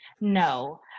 no